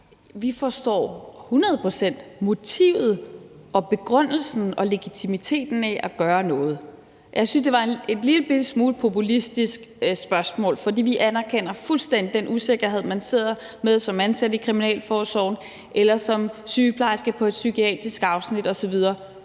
Vi forstår hundrede procent motivet, begrundelsen og legitimiteten med hensyn til at gøre noget. Jeg synes, at spørgsmålet var en lillebitte smule populistisk, for vi anerkender fuldstændig den usikkerhed, man sidder med som ansat i kriminalforsorgen eller som sygeplejerske på et psykiatrisk afsnit osv.